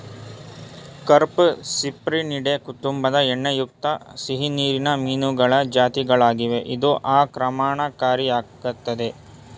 carp Cyprinidae ಕುಟುಂಬದ ಎಣ್ಣೆಯುಕ್ತ ಸಿಹಿನೀರಿನ ಮೀನುಗಳ ಜಾತಿಗಳಾಗಿವೆ ಇದು ಆಕ್ರಮಣಕಾರಿಯಾಗಯ್ತೆ